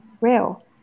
real